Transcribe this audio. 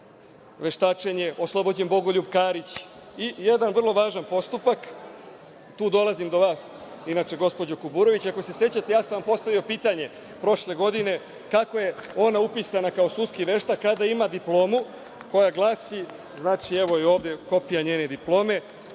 veštačenje, oslobođen Bogoljub Karić i jedan vrlo važan postupak, tu dolazim do vas inače, gospođo Kuburović. Ako se sećate, ja sam vam postavio pitanje prošle godine, kako je ona upisana kao sudski veštak kada ima diplomu koja glasi, znači, evo je ovde kopija njene diplome,